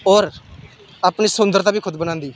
होर अपनी सुंदरता बी खुद बनांदी